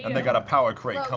and they've got a power crate